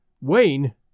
Wayne